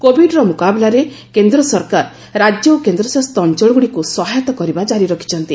କୋବିଡର ମୁକାବିଲାରେ କେନ୍ଦ୍ରସରକାର ରାଜ୍ୟ ଓ କେନ୍ଦ୍ର ଶାସିତ ଅଞ୍ଚଳଗୁଡ଼ିକୁ ସହାୟତା କରିବା କାରି ରଖିଛନ୍ତି